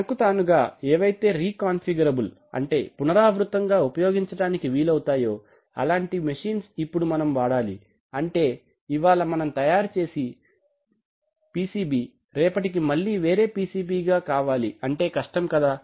తనకు తానుగా ఏవైతే రీ కాంఫిగరబుల్ పునరావృతం గా ఉపయోగించటానికి వీలు అవుతాయేమో అలాంటి మెషీన్స్ ఇప్పుడు మనం వాడాలి అంటే ఇవాళ మనం తయారు చేసే PCB రేపటికి మళ్లీ వేరే PCB గా కావాలి అంటే కష్టం కదా